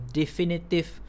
definitive